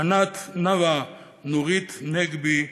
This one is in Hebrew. ענת נבעה, נורית נגבי,